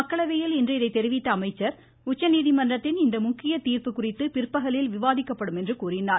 மக்களவையில் இன்று இதைத் தெரிவித்த அமைச்சர் உச்சநீதிமன்றத்தின் இந்த முக்கிய தீர்ப்பு குறித்து பிற்பகலில் விவாதிக்கப்படும் என்றார்